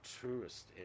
tourist